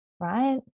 Right